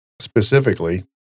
specifically